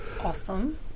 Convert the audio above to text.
Awesome